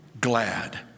glad